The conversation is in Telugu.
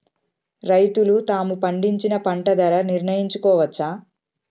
రైతులు తాము పండించిన పంట ధర నిర్ణయించుకోవచ్చా?